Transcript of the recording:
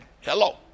Hello